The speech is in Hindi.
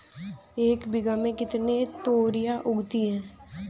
एक बीघा में कितनी तोरियां उगती हैं?